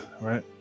Right